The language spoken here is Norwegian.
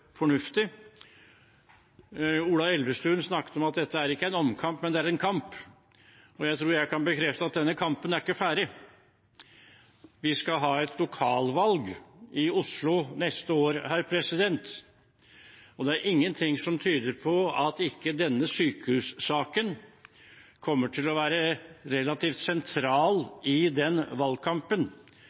Ola Elvestuen snakket om at dette ikke er en omkamp, men at det er en kamp. Jeg tror jeg kan bekrefte at denne kampen er ikke ferdig. Vi skal ha et lokalvalg i Oslo neste år, og det er ingenting som tyder på at denne sykehussaken ikke kommer til å være relativt sentral i den valgkampen.